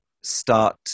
start